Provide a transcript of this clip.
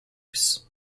use